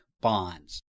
bonds